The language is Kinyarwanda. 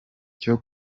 cyo